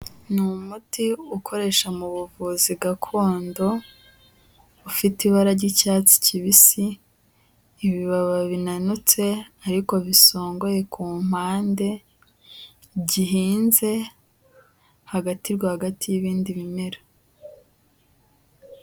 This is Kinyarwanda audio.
Ni umuti ukoresha mu buvuzi gakondo, ufite ibara ry'icyatsi kibisi, ibibaba binanutse ariko bisongoye ku mpande, gihinze hagati rwagati y'ibindi bimera.